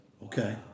Okay